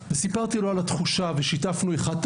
סיפרתי לו על התחושה ושיתפנו אחד את